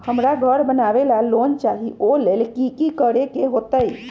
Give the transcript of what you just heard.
हमरा घर बनाबे ला लोन चाहि ओ लेल की की करे के होतई?